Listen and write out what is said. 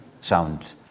sound